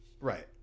Right